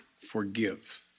forgive